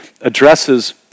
addresses